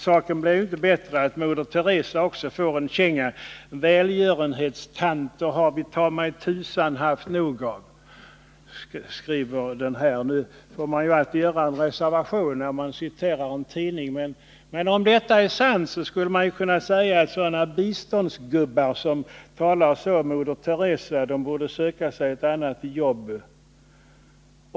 Saken blir inte bättre av att moder Teresa också får en känga: ”Välgörenhetstanter har vi ta mig tusan haft nog av!” Man får ju alltid göra vissa reservationer när man citerar en tidning, men om detta är sant skulle man kunna säga att ”biståndsgubbar” som talar så om moder Teresa borde söka sig ett annat jobb.